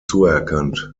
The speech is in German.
zuerkannt